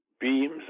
beams